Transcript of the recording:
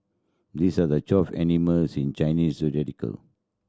this are the twelve animals in Chinese zodiacal